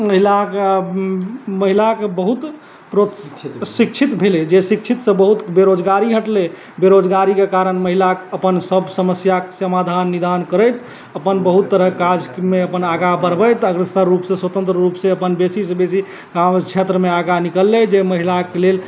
महिलाके महिलाके बहुत प्रशिक्षित भेलै जे शिक्षित से बहुत बेरोजगारी हटलै बेरोजगारीके कारण महिला अपन सब समस्याक समाधान निदान करैत अपन बहुत तरहक काजमे अपन आगाँ बढ़बैत अग्रसर रूप सऽ स्वतन्त्र रूप सऽ अपन बेसी से बेसी काम क्षेत्रमे आगाँ निकललै जे महिलाक लेल